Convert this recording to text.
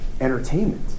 entertainment